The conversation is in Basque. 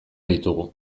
ditugu